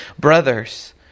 brothers